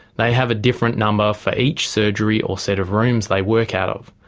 they have a different number for each surgery or set of rooms they work out of.